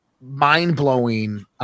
mind-blowing